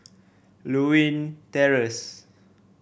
Lewin Terrace